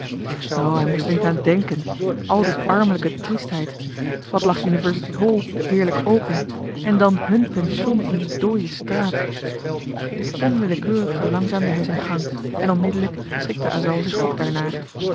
hij moest er niet aan denken al die armelijke triestheid wat lag university hall heerlijk open en dan hùn pension in die dooie straat onwillekeurig verlangzaamde hij zijn gang en onmiddellijk schikte asal zich ook